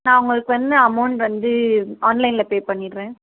நான் உங்களுக்கு வந்து அமௌன்ட் வந்து ஆன்லைனில் பே பண்ணிவிடுறேன்